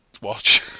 watch